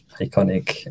iconic